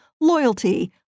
loyalty